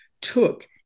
took